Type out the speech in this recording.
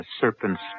serpent's